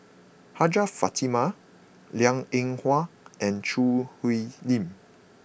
Hajjah Fatimah Liang Eng Hwa and Choo Hwee Lim